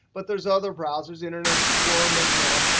but there's other browsers internet explorer, mozilla.